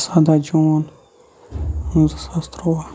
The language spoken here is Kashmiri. سَداہ جوٗن زٕ ساس تُرٛواہ